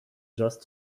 just